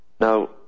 Now